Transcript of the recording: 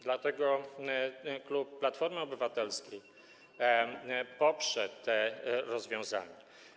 Dlatego klub Platformy Obywatelskiej poprze te rozwiązania.